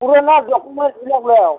ডকুমেণ্টচবিলাক লৈ আহক